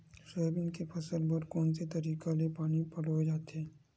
Soybean के फसल बर कोन से तरीका ले पानी पलोय जाथे?